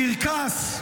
קרקס.